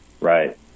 Right